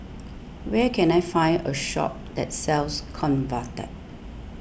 where can I find a shop that sells Convatec